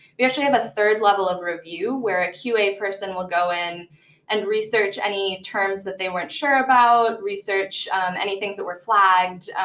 we actually have a third level of review where a qa person will go in and research any terms that they weren't sure about, research any things that were flagged,